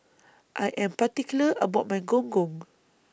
I Am particular about My Gong Gong